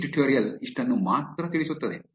ಈ ಟ್ಯುಟೋರಿಯಲ್ ಇಷ್ಟನ್ನು ಮಾತ್ರ ತಿಳಿಸುತ್ತದೆ